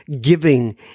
giving